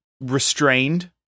restrained